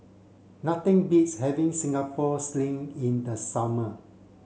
nothing beats having Singapore sling in the summer